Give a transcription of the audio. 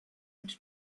and